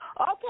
Okay